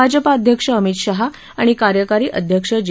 भाजपा अध्यक्ष अमीत शहा आणि कार्यकारी अध्यक्ष जे